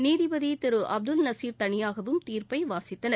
நீதிபதி எஸ் அப்துல் நசீர் தனியாகவும் தீர்ப்பை வாசித்தனர்